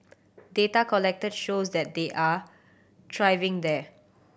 data collected shows that they are thriving there